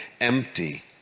empty